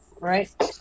right